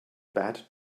bad